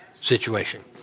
situation